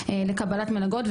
לקבלת מלגות,